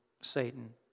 Satan